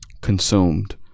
consumed